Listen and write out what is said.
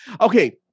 Okay